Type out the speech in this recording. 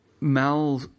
Mal